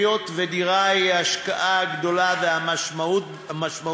היות שדירה היא ההשקעה הגדולה והמשמעותית